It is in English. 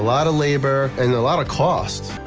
lot of labor and a lot of cost.